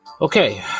Okay